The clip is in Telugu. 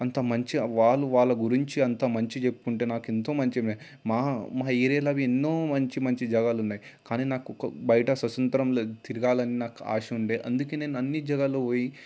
అంత మంచి వాళ్ళు వాళ్ళ గురించి అంత మంచి చెప్పుకుంటే నాకు ఎంతో మంచి మా మా ఏరియాలో ఎన్నో మంచి మంచి జాగాలు ఉన్నాయి కానీ నాకు ఒక బయట స్వసంత్రం తిరగాలని నాకు ఆశ ఉండే అందుకే నేను అన్ని జాగాలో పోయి